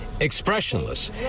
Expressionless